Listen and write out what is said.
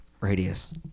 Radius